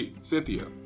Cynthia